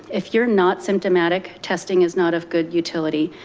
if you're not symptomatic testing is not of good utility.